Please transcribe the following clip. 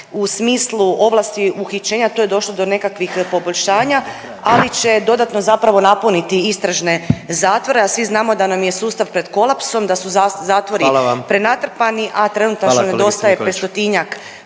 u smislu ovlasti uhićenja tu je došlo do nekakvih poboljšanja, ali će dodatno zapravo napuniti istražne zatvore, a svi znamo da nam je sustav pred kolapsom, da su zatvori…/Upadica predsjednik: